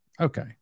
Okay